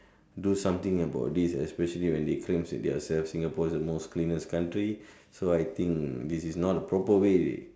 do something about this especially when they claim themselves as Singapore is the cleanest country this is not the proper way